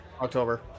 October